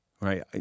right